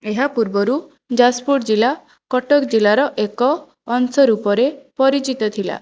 ଏହା ପୂର୍ବରୁ ଯାଜପୁର ଜିଲ୍ଲା କଟକ ଜିଲ୍ଲାର ଏକ ଅଂଶ ରୂପରେ ପରିଚିତ ଥିଲା